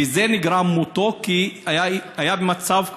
בזה נגרם מותו, כי הוא היה במצב אנוש.